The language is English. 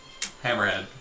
Hammerhead